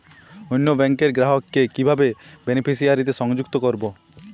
অন্য ব্যাংক র গ্রাহক কে কিভাবে বেনিফিসিয়ারি তে সংযুক্ত করবো?